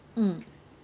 mm